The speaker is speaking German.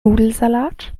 nudelsalat